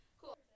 cool